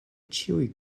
ĉiuj